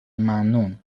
ممنون